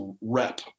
rep